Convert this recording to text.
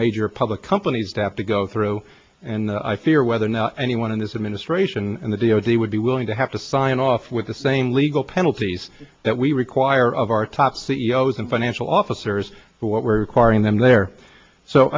major public companies to have to go through and i fear whether or not anyone in this administration and the d o d would be willing to have to sign off with the same legal penalties that we require of our top c e o s and financial officers for what we're requiring them there so